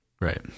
right